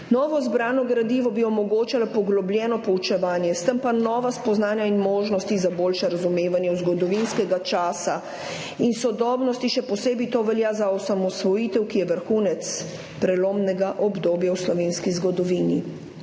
Novo zbrano gradivo bi omogočalo poglobljeno poučevanje, s tem pa nova spoznanja in možnosti za boljše razumevanje zgodovinskega časa in sodobnosti. Še posebej to velja za osamosvojitev, ki je vrhunec prelomnega obdobja v slovenski zgodovini.